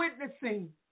witnessing